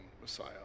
Messiah